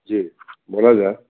जी बोला जाए